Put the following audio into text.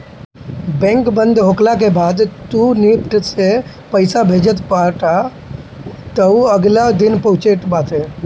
bank बंद होखला के बाद तू निफ्ट से पईसा भेजत बाटअ तअ उ अगिला दिने पहुँचत बाटे